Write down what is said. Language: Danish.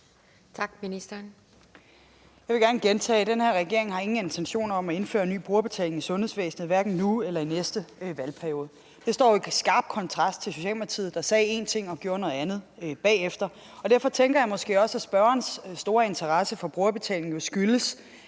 (Sophie Løhde): Jeg vil gerne gentage: Den her regering har ingen intentioner om at indføre ny brugerbetaling i sundhedsvæsenet, hverken nu eller i næste valgperiode. Det står jo i skarp kontrast til Socialdemokratiet, der sagde én ting og gjorde noget andet bagefter. Derfor tænker jeg jo også, at spørgerens store interesse for brugerbetaling måske